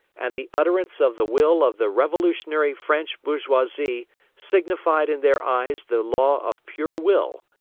and the utterance of the will of the revolutionary french bourgeoisie signified in their eyes the law of pure will,